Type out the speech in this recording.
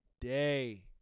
day